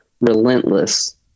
Relentless